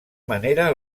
manera